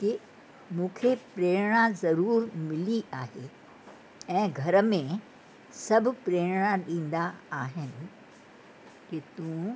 की मूंखे प्रेरणा ज़रूर मिली आहे ऐं घर में सभु प्रेरणा ॾींदा आहिनि की तू